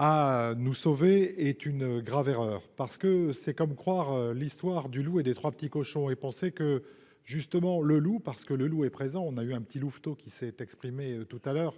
à nous sauver, est une grave erreur, parce que c'est comme croire l'histoire du loup et des 3 petits cochons et penser que justement le LOU parce que le loup est présent, on a eu un petit louveteaux qui s'est exprimé tout à l'heure.